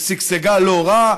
ושגשגה לא רע.